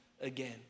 again